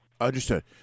Understood